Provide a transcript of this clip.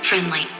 Friendly